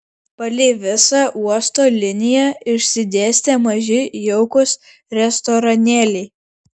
palei visą uosto liniją išsidėstę maži jaukūs restoranėliai